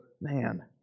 man